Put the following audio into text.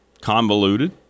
convoluted